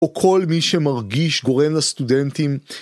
או כל מי שמרגיש גורם לסטודנטים